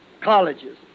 colleges